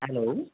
hello